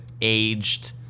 aged